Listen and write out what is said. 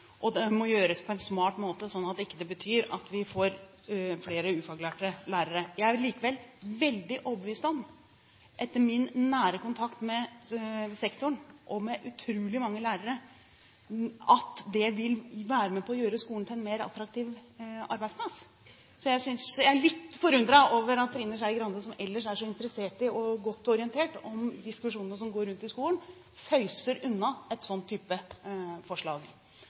Det må gjøres på en smart måte, sånn at det ikke betyr at vi får flere ufaglærte lærere. Jeg er likevel veldig overbevist om, etter min nære kontakt med sektoren og med utrolig mange lærere, at det vil være med på å gjøre skolen til en mer attraktiv arbeidsplass. Så jeg er litt forundret over at Trine Skei Grande, som ellers er så interessert i og godt orientert om de diskusjonene som går rundt i skolen, føyser unna en sånn type forslag.